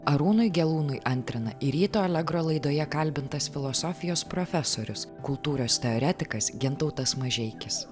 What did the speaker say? arūnui gelūnui antrina ir ryto allegro laidoje kalbintas filosofijos profesorius kultūros teoretikas gintautas mažeikis